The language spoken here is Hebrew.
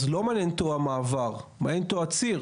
אז לא מעניין אותו המעבר, מעניין אותו הציר,